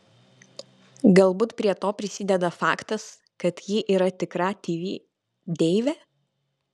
galbūt prie to prisideda faktas kad ji yra tikra tv deivė